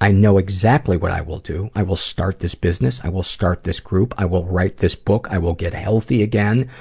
i know exactly what i will do. i will start this business, i will start this group. i will write this book. i will get healthy again.